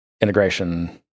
integration